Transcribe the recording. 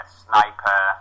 sniper